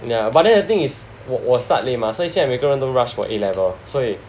ya but then the thing is 我 start leh mah 所以现在每个人都 rush for A level 所以